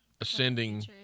ascending